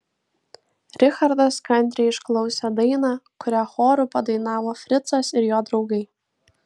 richardas kantriai išklausė dainą kurią choru padainavo fricas ir jo draugai